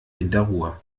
winterruhe